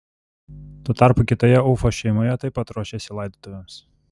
tuo tarpu kitoje ufos šeimoje taip pat ruošėsi laidotuvėms